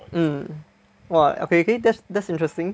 mm !wah! okay okay that's that's interesting